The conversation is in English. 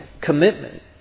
commitment